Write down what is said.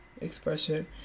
expression